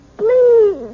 Please